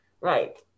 right